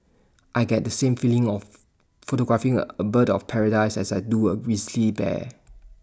I get the same feeling of photographing A a bird of paradise as I do A grizzly bear